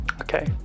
okay